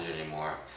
anymore